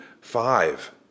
five